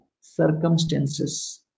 circumstances